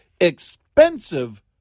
expensive